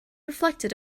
reflected